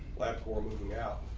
platform moving out,